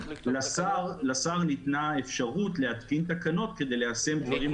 לשר ניתנה אפשרות להתקין תקנות כדי ליישם דברים נוספים.